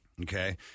okay